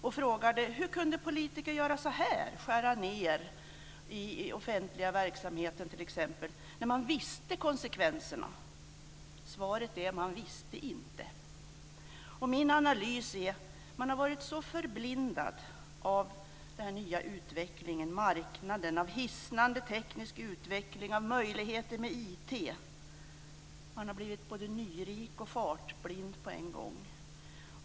Man frågade: Hur kunde politiker göra så här, t.ex. skära ned i den offentliga verksamheten, när de visste konsekvenserna? Svaret är: De visste inte. Min analys är att man har varit så förblindad av den nya utvecklingen med marknaden och hisnande teknisk utveckling med möjligheter till IT. Man har blivit både nyrik och fartblind på en gång.